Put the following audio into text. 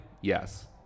Yes